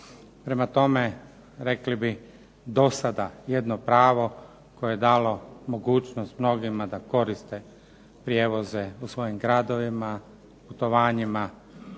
Prema tome, rekli bi do sada jedno pravo koje je dalo mogućnost mnogima da koriste prijevoze u svojim gradovima, putovanjima